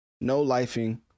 no-lifing